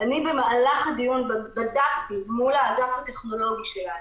אני במהלך הדיון בדקתי מול האגף הטכנולוגי שלנו,